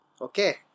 okay